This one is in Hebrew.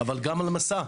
אבל גם על "המסע",